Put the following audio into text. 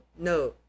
No